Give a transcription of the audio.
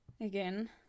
again